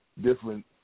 different